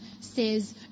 says